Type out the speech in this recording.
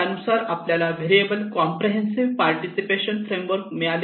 त्यानुसार आपल्याला variable comprehensive participation framework मिळते